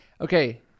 Okay